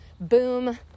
boom